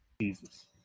Jesus